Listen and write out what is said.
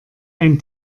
ein